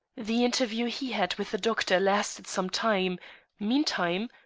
the interview he had with the doctor lasted some time meantime,